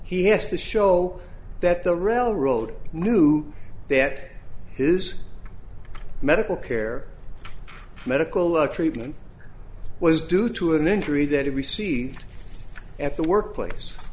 he has to show that the railroad knew that his medical care medical treatment was due to an injury that he received at the workplace